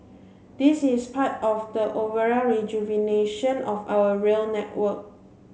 this is part of the overall rejuvenation of our rail network